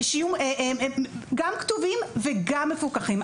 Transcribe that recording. וגם מפוקחים.